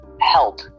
help